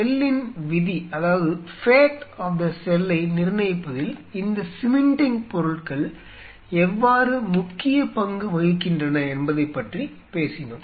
செல்லின் விதியை நிர்ணயிப்பதில் இந்த சிமென்டிங் பொருட்கள் எவ்வாறு முக்கிய பங்கு வகிக்கின்றன என்பதைப் பற்றி பேசினோம்